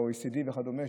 ל-OECD וכדומה,